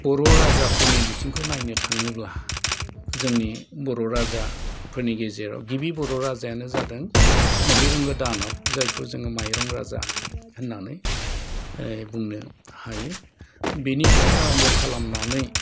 बर' राजाफोरनि बिथिंखौ नारनो थाङोब्ला जोंनि बर' राजा फोरनि गेजेराव गिबि बर' राजायानो जादों महिरंग' दान'ब जायखौ जोङो माइरं राजा होननानै बुंनो हायो बिनिफ्राय आर'म्फ' खालामनानै